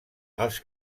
els